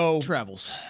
Travels